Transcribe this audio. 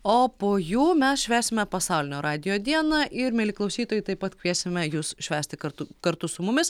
o po jų mes švęsime pasaulinio radijo dieną ir mieli klausytojai taip pat kviesime jus švęsti kartu kartu su mumis